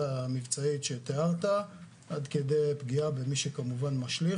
המבצעית שתיארת עד כדי פגיעה במי שכמובן משליך